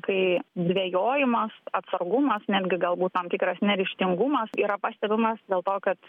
kai dvejojimas atsargumas netgi galbūt tam tikras neryžtingumas yra pastebimas dėl to kad